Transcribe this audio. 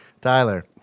Tyler